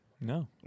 No